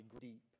deep